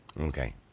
Okay